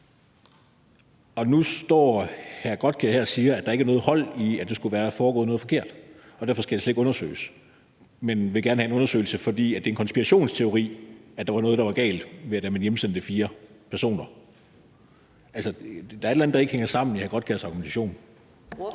Tobias Grotkjær Elmstrøm og siger, at der ikke er noget hold i, at der skulle være foregået noget forkert, og derfor skal det slet ikke undersøges, men han vil gerne have en undersøgelse, fordi det er en konspirationsteori, at der var noget, der var galt, ved at man hjemsendte fire personer. Altså, der er et eller andet, der ikke hænger sammen i hr. Tobias Grotkjær